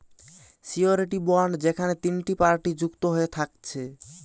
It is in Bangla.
সিওরীটি বন্ড যেখেনে তিনটে পার্টি যুক্ত হয়ে থাকছে